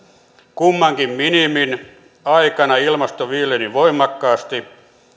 kummankin minimin aikana ilmasto viileni voimakkaasti